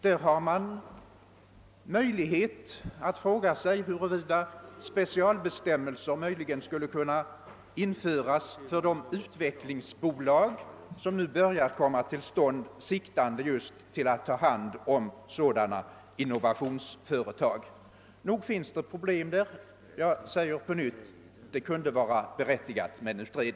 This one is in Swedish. Där kan man fråga sig huruvida specialbestämmelser möjligen skulle kunna införas för de utvecklingsbolag som nu börjar etableras med sikte på att ta hand om sådana innovationsföretag. Det finns alltså problem att diskutera. En utredning kunde vara berättigad.